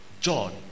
John